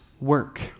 work